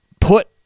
put